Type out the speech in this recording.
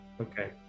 Okay